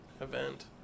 event